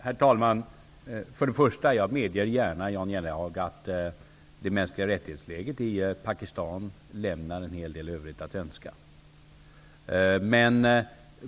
Herr talman! Jag medger gärna, Jan Jennehag, att läget för de mänskliga rättigheterna i Pakistan lämnar en hel del övrigt att önska.